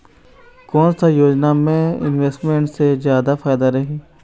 कोन सा योजना मे इन्वेस्टमेंट से जादा फायदा रही?